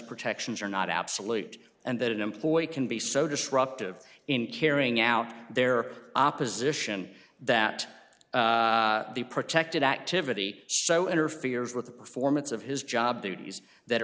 protections are not absolute and that an employee can be so disruptive in carrying out their opposition that the protected activity so interferes with the performance of his job duties that